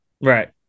Right